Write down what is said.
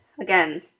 Again